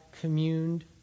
communed